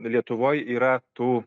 lietuvoj yra tų